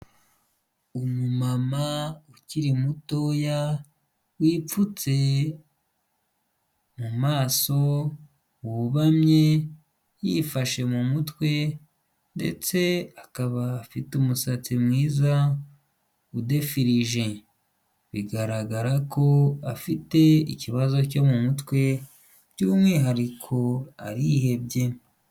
Umu mama ukiri mutoya wipfutse mu maso wubamye, yifashe mu mutwe ndetse akaba afite umusatsi mwiza udefirije, bigaragara ko afite ikibazo cyo mu mutwe by'umwihariko arihebye.